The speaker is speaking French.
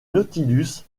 nautilus